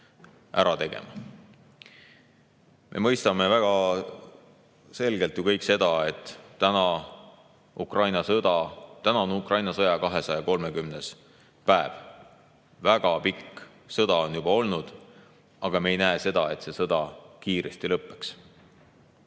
ära tegema. Me mõistame väga selgelt ju kõik seda: täna on Ukraina sõja 230. päev, väga pikk sõda on juba olnud, aga me ei näe, et see sõda kiiresti lõpeks.